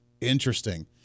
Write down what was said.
Interesting